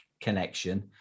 connection